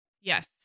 Yes